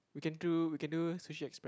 we can do we can do Sushi-Express